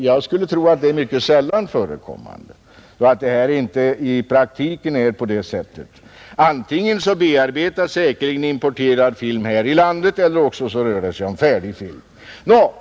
Jag skulle tro att det är mycket sällan förekommande att det går till så i praktiken. Antingen bearbetas säkerligen importerad film här i landet eller också rör det sig om färdig film.